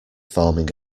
forming